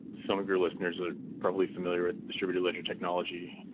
some of your listeners are probably familiar with distributed ledger technology.